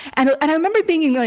and i remember thinking,